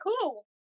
cool